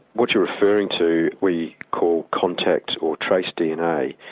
what you're referring to we call contact or trace dna,